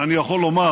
אני יכול לומר